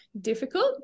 difficult